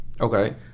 Okay